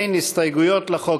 אין הסתייגויות לחוק.